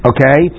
Okay